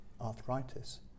arthritis